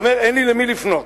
אומר: אין לי למי לפנות.